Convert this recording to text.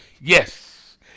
Yes